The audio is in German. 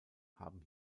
haben